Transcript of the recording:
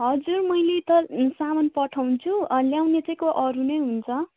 हजुर मैले त सामान पठाउँछु ल्याउने चाहिँ को अरू नै हुन्छ